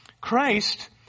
Christ